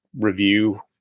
review